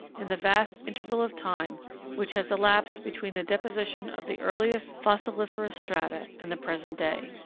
in the vast interval of time which has elapsed between the deposition of the earliest fossiliferous strata and the present day.